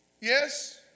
Yes